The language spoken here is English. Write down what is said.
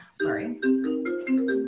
Sorry